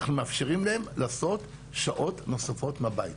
אנחנו מאפשרים להן לעשות שעות נוספות מהבית.